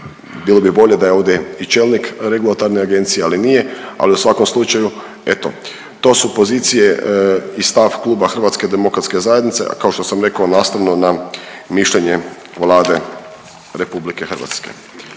bilo bi bolje da je ovdje i čelnik regulatorne agencije, ali nije, ali u svakom slučaju eto to su pozicije i stav Kluba HDZ-a, a kao što sam rekao nastavno na mišljenje Vlade RH. Hvala